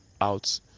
out